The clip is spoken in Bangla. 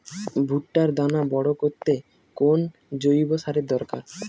ভুট্টার দানা বড় করতে কোন জৈব সারের দরকার?